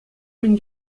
мӗн